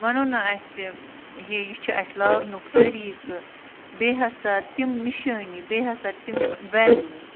ونَو نا اَسہِ ہے یہِ چھِ اَسہِ لاگنُک طریٖقہٕ بیٚیہِ ہسا تِم نِشٲنی بیٚیہِ ہسا تِم ویٚلیوٗز